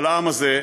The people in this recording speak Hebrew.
על העם הזה,